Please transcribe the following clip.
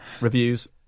reviews